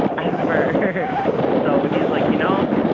ever. so he's like, you know,